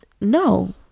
no